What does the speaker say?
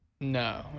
No